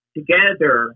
together